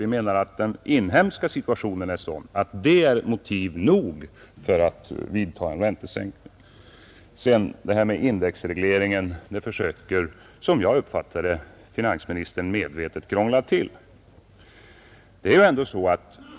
Vi menar att den inhemska situationen är sådan att den är motiv nog för att vidta en räntesänkning. Det här med indexregleringen försöker finansministern — som jag uppfattar det — medvetet krångla till.